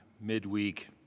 midweek